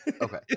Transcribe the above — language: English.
Okay